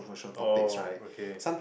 oh okay